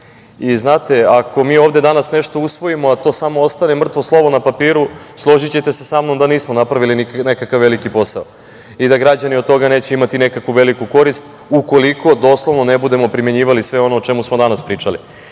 Znate, ako mi ovde danas nešto usvojimo, a to samo ostane mrtvo slovo na papiru, složićete se sa mnom da nismo napravili nekakav veliki posao i da građani od toga neće imati veliku korist ukoliko doslovno ne budemo primenjivali sve ono o čemu smo danas pričali. Uveren